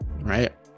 Right